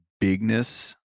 bigness